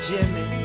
Jimmy